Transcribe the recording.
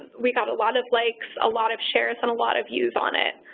we got a lot of likes, a lot of shares, and a lot of views on it.